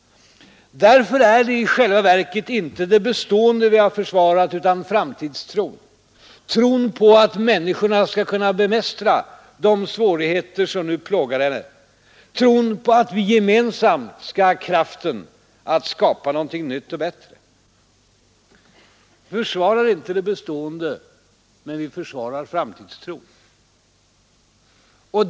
Därför är det i själva verket inte det bestående vi har försvarat utan framtidstron, tron på att människan skall kunna bemästra de svårigheter som nu plågar henne, tron på att vi gemensamt skall ha kraften att skapa något nytt och bättre. Vi försvarar inte det bestående. Vi försvarar framtidstron.